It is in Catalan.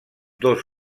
dos